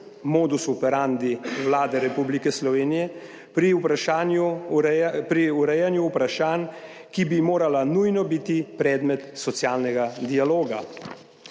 modus operandi Vlade Republike Slovenije pri urejanju vprašanj, ki bi morala nujno biti predmet socialnega dialoga.